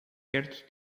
perto